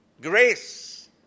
Grace